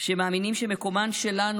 שמאמינים שמקומן שלנו,